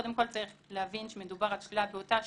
קודם כל צריך להבין שמדובר על שלילה באותה שנה,